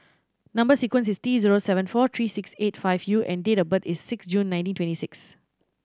number sequence is T zero seven four three six eight five U and date of birth is six June nineteen twenty six